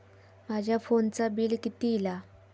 माझ्या फोनचा बिल किती इला?